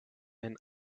men